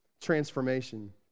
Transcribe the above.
transformation